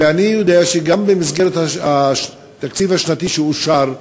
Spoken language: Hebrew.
ואני יודע שגם במסגרת התקציב השנתי שאושר,